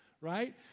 Right